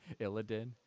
Illidan